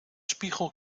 spiegel